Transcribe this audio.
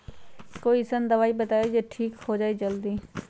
कोई अईसन दवाई बताई जे से ठीक हो जई जल्दी?